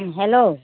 उम हेलौ